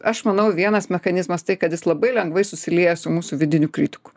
aš manau vienas mechanizmas tai kad jis labai lengvai susilieja su mūsų vidiniu kritiku